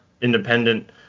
independent